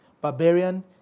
barbarian